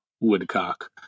Woodcock